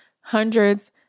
hundreds